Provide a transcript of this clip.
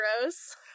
gross